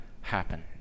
happen